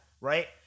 right